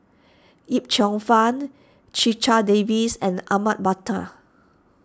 Yip Cheong Fun Checha Davies and Ahmad Mattar